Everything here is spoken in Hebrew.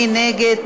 מי נגד?